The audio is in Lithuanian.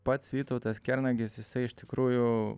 pats vytautas kernagis jisai iš tikrųjų